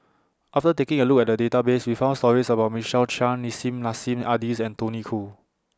after taking A Look At The Database We found stories about Michael Chiang Nissim Nassim Adis and Tony Khoo